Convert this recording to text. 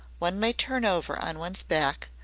one may turn over on one's back,